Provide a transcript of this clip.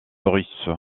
russe